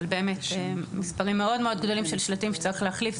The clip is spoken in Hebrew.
אבל באמת מספרים מאוד מאוד גדולים של שלטים שצריך להחליף,